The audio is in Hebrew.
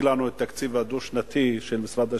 לנו את התקציב הדו-שנתי של משרד השיכון,